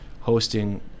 hosting